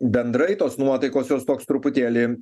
bendrai tos nuotaikos jos toks truputėlį